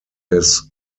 his